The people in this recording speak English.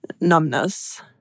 numbness